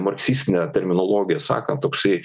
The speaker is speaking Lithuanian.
marksistine terminologija sakant toksai